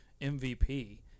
MVP